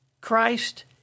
Christ